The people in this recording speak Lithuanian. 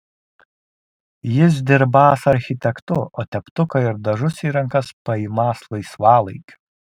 jis dirbąs architektu o teptuką ir dažus į rankas paimąs laisvalaikiu